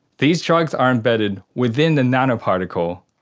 these drugs are embedded within the nanoparticle,